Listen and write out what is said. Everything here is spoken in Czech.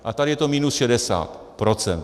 A tady je to minus 60 %.